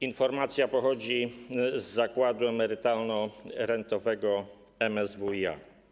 Informacja pochodzi z Zakładu Emerytalno-Rentowego MSWiA.